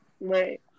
Right